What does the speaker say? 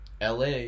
LA